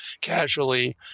casually